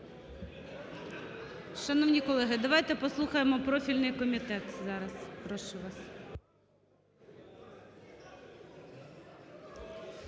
Шановні колеги, давайте послухаємо профільний комітет зараз. Прошу вас.